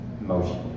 motion